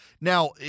Now